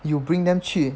you bring them 去